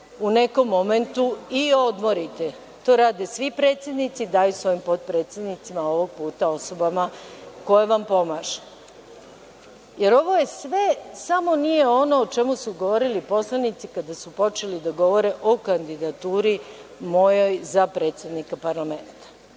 u nekom momentu i odmorite. To rade svi predsednici, daju svojim potpredsednicima, a ovog puta osobama koje vam pomažu. Jer, ovo je sve samo nije ono o čemu su govorili poslanici kada su počeli da govore o kandidaturi mojoj za predsednika parlamenta.